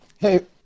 Hey